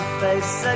face